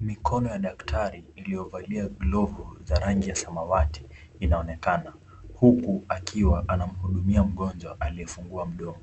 Mikono ya daktari iliyovalia glovu za rangi ya samawati inaonekana, huku akiwa anamhudumia mgonjwa aliyefungua mdomo.